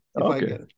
Okay